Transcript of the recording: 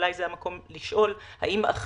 ואולי זה המקום לשאול אם אכן